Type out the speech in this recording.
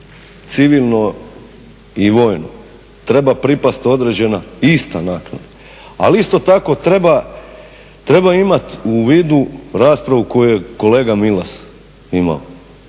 civilno i vojno treba pripasti određena ista naknada, ali isto tako treba imati u vidu raspravu koju je kolega Milas imao.